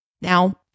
Now